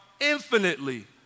infinitely